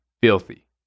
filthy